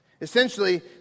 Essentially